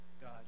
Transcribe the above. God